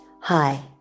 Hi